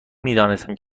میدانستم